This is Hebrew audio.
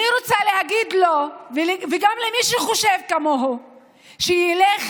אני רוצה להגיד לו וגם למי שחושב כמוהו שילך